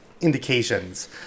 Indications